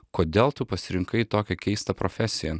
kodėl tu pasirinkai tokią keistą profesiją